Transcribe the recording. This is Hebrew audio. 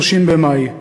30 במאי,